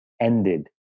ended